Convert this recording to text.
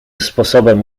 sposobem